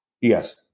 Yes